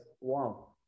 wow